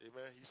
Amen